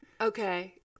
Okay